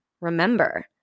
remember